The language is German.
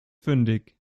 fündig